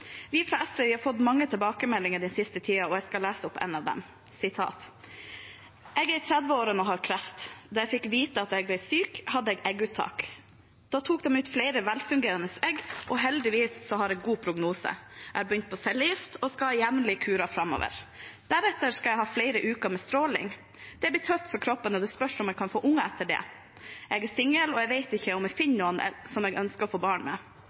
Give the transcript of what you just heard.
Vi i SV har fått mange tilbakemeldinger den siste tiden, og jeg skal lese opp en av dem: Jeg er i trettiårene og har kreft. Da jeg fikk vite at jeg ble syk, hadde jeg egguttak. Da tok de ut flere velfungerende egg, og heldigvis har jeg god prognose. Jeg har begynt på cellegift og skal ha jevnlige kurer framover. Deretter skal jeg ha flere uker med stråling. Det blir tøft for kroppen, og det spørs om jeg kan få unger etter det. Jeg er singel, og jeg vet ikke om jeg finner noen som jeg ønsker å få barn med.